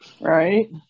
Right